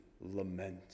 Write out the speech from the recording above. lament